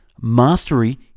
mastery